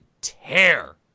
tear